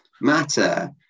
Matter